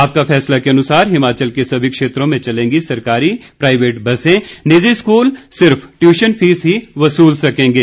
आपका फैसला के अनुसार हिमाचल के सभी क्षेंत्रों में चलेंगी सरकारी प्राईवेट बसें निजी स्कूल सिर्फ टयूशन फीस ही वसूल सकेंगे